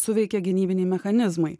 suveikė gynybiniai mechanizmai